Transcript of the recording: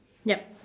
yup